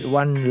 one